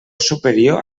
superior